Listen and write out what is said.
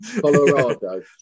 Colorado